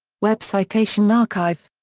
webcitation archive.